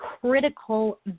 critical